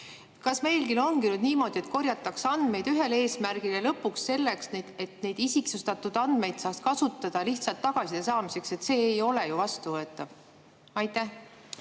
Kas meil ongi nüüd niimoodi, et korjatakse andmeid ühel eesmärgil, aga lõpuks ka selleks, et neid isiksustatud andmeid saaks kasutada lihtsalt tagasiside saamiseks? See ei ole ju vastuvõetav. Ma